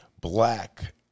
Black